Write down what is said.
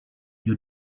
you